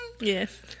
Yes